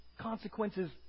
consequences